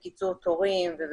בקיצור תורים.